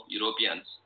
Europeans